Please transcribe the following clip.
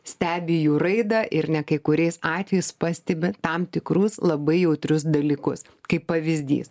stebi jų raidą ir ne kai kuriais atvejais pastebi tam tikrus labai jautrius dalykus kaip pavyzdys